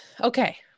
Okay